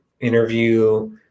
interview